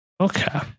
Okay